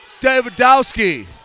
Davidowski